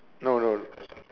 no no